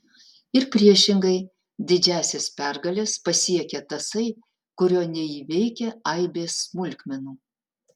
ir priešingai didžiąsias pergales pasiekia tasai kurio neįveikia aibės smulkmenų